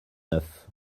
neuf